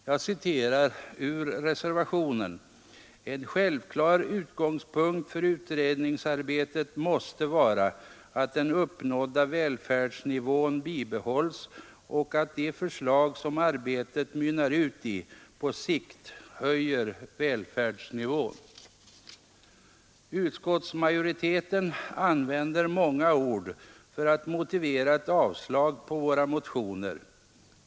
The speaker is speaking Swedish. Jag citerar ur reservationen: ”En självklar utgångspunkt för utredningsarbetet måste vara, att den uppnådda välfärdsnivån bibehålls och att de förslag som arbetet mynnar ut i på sikt höjer välfärdsnivån.” Utskottsmajoriteten använder många ord för att motivera ett avslag på våra motioner.